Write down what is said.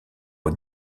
aux